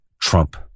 Trump